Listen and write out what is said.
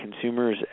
Consumers